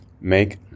Make